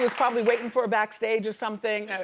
probably waiting for a backstage or something,